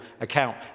account